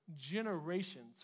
generations